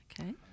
Okay